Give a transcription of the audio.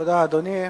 תודה, אדוני.